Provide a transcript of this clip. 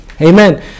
amen